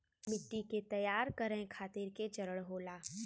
मिट्टी के तैयार करें खातिर के चरण होला?